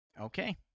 Okay